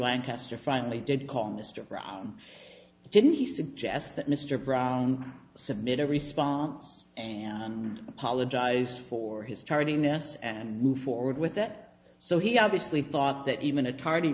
lancaster finally did call mr brown didn't he suggest that mr brown submit a response and apologize for his tardiness and move forward with that so he obviously thought that even a tar